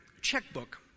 checkbook